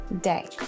day